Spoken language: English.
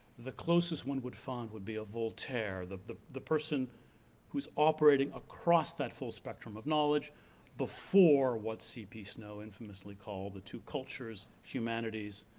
the closest one would find would be a voltaire, the the person who's operating across that full spectrum of knowledge before what cp snow infamously called the two cultures, humanities,